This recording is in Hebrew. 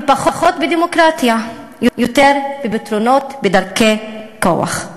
פחות בדמוקרטיה ויותר בפתרונות בדרכי כוח.